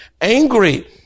angry